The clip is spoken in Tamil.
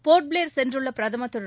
போர்ட்ப்ளேர் சென்றுள்ள பிரதமர் திரு